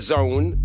Zone